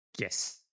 Yes